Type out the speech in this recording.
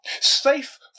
Safe